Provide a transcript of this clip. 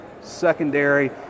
secondary